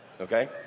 Okay